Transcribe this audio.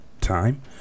time